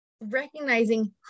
recognizing